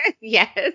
Yes